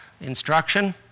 instruction